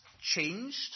changed